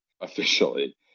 officially